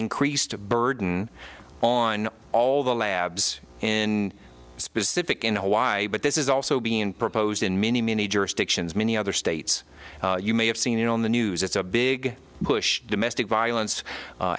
increased a burden on all the labs in specific in hawaii but this is also being proposed in many many jurisdictions many other states you may have seen on the news it's a big push domestic violence